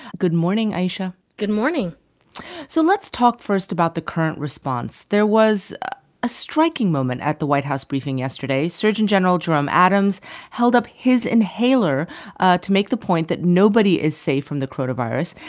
good morning, ayesha good morning so let's talk first about the current response. there was a striking moment at the white house briefing yesterday. surgeon general jerome adams held up his inhaler to make the point that nobody is safe from the coronavirus.